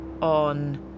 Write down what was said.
on